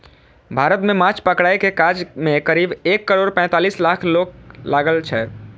भारत मे माछ पकड़ै के काज मे करीब एक करोड़ पैंतालीस लाख लोक लागल छै